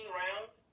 rounds